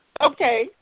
Okay